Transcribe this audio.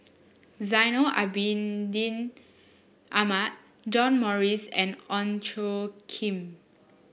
Zainal Abidin Ahmad John Morrice and Ong Tjoe Kim